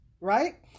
right